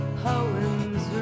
poems